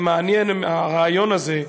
זה מעניין, הרעיון הזה,